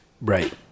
Right